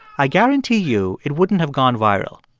i guarantee you it wouldn't have gone viral.